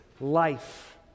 life